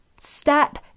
Step